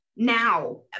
Now